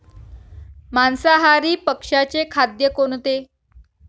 मांसाहारी पक्ष्याचे खाद्य कोणते?